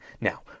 Now